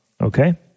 okay